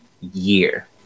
year